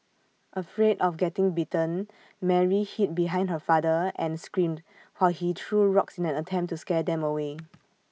afraid of getting bitten Mary hid behind her father and screamed while he threw rocks in an attempt to scare them away